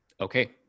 Okay